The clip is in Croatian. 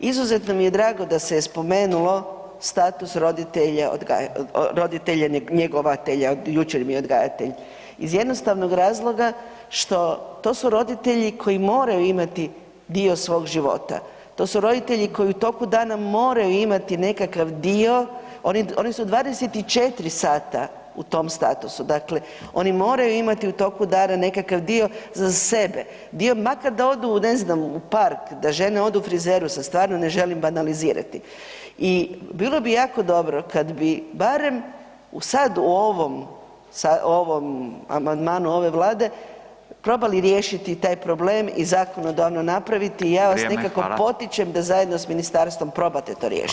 Izuzetno mi je drago da se je spomenulo status roditelja njegovatelja, jučer mi je odgajatelj, iz jednostavnog razloga što to su roditelji koji moraju imati dio svog života, to su roditelji koji u toku dana moraju imati nekakav dio, oni su 24 sata u tom statusu, dakle oni moraju imati u toku dana nekakav dio za sebe, dio makar da odu u park, da žene odu frizeru, sad stvarno ne želim banalizirati i bilo bi jako dobro kad bi barem sad u ovom amandmanu ove Vlade probali riješiti taj problem i zakonodavno napraviti i ja vas nekako potičem da zajedno s ministarstvom probate to riješiti.